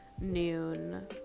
noon